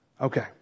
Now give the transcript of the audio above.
Okay